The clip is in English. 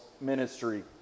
ministry